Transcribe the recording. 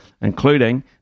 including